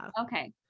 okay